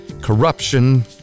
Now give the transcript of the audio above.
corruption